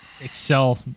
Excel